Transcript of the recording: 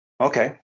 Okay